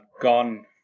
gone